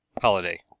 Holiday